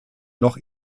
noch